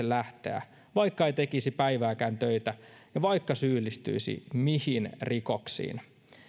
lähteä vaikka ei tekisi päivääkään töitä ja vaikka syyllistyisi mihin tahansa rikoksiin